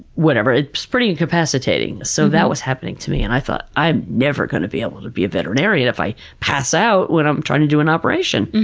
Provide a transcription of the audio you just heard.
whatever, it's pretty incapacitating. so, that was happening to me and i thought, i'm never going to be able to be a veterinarian if i pass out when i'm trying to do an operation!